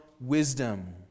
wisdom